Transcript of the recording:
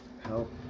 help